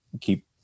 keep